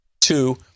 Two